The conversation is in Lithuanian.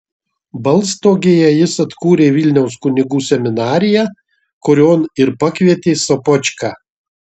balstogėje jis atkūrė vilniaus kunigų seminariją kurion ir pakvietė sopočką